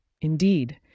Indeed